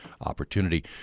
opportunity